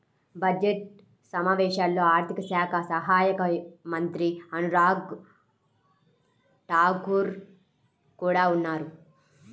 budget సమావేశాల్లో ఆర్థిక శాఖ సహాయక మంత్రి అనురాగ్ ఠాకూర్ కూడా ఉన్నారు